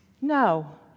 no